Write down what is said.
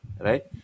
Right